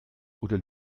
oder